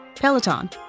Peloton